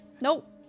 Nope